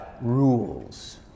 rules